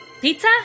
Pizza